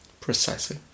Precisely